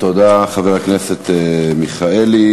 תודה, חבר הכנסת מיכאלי.